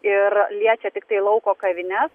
ir liečia tiktai lauko kavines